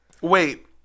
Wait